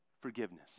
forgiveness